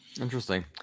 interesting